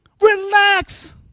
Relax